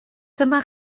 dyma